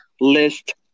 list